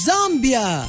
Zambia